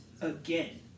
again